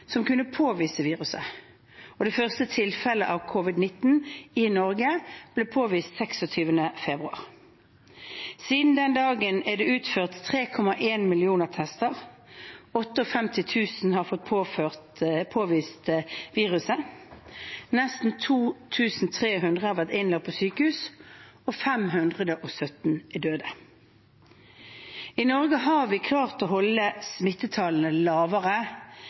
som kunne påvise viruset, og det første tilfellet av covid-19 i Norge ble påvist 26. februar. Siden den dagen er det utført 3,1 millioner tester, 58 000 har fått påvist viruset, nesten 2 300 har vært innlagt på sykehus, og 517 er døde. I Norge har vi klart å holde smittetallene lavere